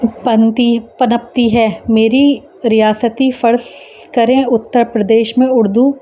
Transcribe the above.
پنتی پنپتی ہے میری ریاستی فرض کریں اتر پردیش میں اردو